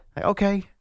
Okay